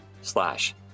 Slash